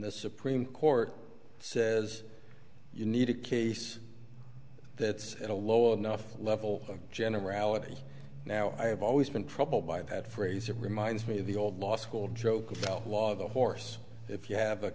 the supreme court says you need a case that's a low enough level of generality now i've always been troubled by that phrase it reminds me of the old law school joke law of the horse if you have a